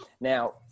Now